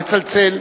לצלצל.